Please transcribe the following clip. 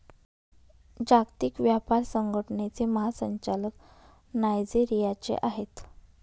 जागतिक व्यापार संघटनेचे महासंचालक नायजेरियाचे आहेत